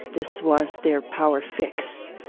this was their power fix.